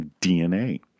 DNA